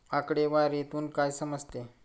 आकडेवारीतून काय समजते?